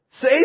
Say